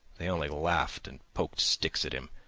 they only laughed and poked sticks at him,